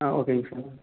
ஆ ஓகேங்க சார்